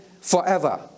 forever